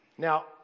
Now